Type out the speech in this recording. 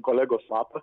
kolegos lapą